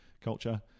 culture